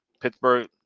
Pittsburgh